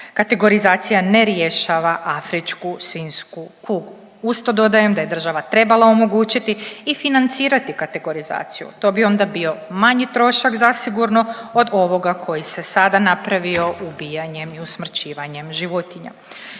Kategorizacija ne rješava ASK. Uz to dodajem da je država trebala omogućiti i financirati kategorizaciju, to bi onda bio manji trošak zasigurno od ovoga koji se sada napravio ubijanjem i usmrćivanjem životinja